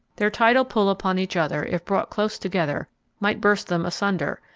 their tidal pull upon each other if brought close together might burst them asunder,